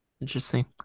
Interesting